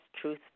truth